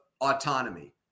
autonomy